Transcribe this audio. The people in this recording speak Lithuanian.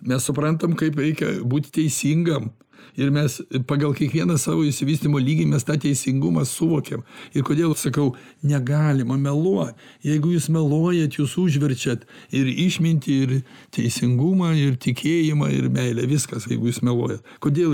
mes suprantam kaip reikia būt teisingam ir mes pagal kiekvieną savo išsivystymo lygį mes tą teisingumą suvokiam ir kodėl sakau negalima meluot jeigu jūs meluojat jūs užverčiat ir išmintį ir teisingumą ir tikėjimą ir meilę viskas jeigu jis meluojat kodėl